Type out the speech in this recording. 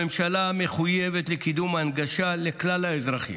הממשלה מחויבת לקידום הנגשה לכלל האזרחים,